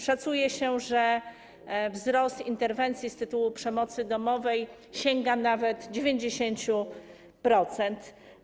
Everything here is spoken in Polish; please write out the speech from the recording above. Szacuje się, że wzrost interwencji z tytułu przemocy domowej sięga nawet 90%.